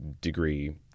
degree